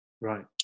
Right